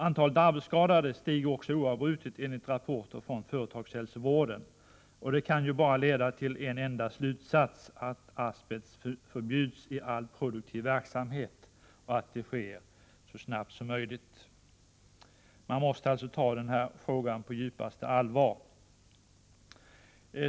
Antalet arbetsskadade stiger också oavbrutet enligt rapporter från företagshälsovården, och det kan ju bara leda till en enda slutsats, att asbest förbjuds i all produktiv verksamhet och att det sker så snabbt som möjligt. Man måste ta denna fråga på djupaste allvar.